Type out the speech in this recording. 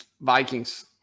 Vikings